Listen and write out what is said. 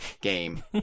game